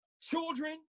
Children